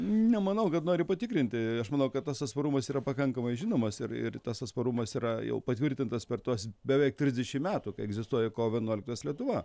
nemanau kad nori patikrinti aš manau kad tas atsparumas yra pakankamai žinomas ir ir tas atsparumas yra jau patvirtintas per tuos beveik trisdešim metų kai egzistuoja kovo vienuoliktos lietuva